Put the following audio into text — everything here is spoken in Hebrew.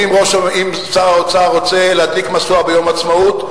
ואם שר האוצר רוצה להדליק משואה ביום העצמאות,